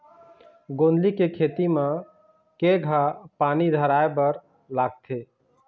गोंदली के खेती म केघा पानी धराए बर लागथे?